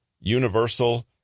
universal